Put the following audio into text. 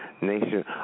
Nation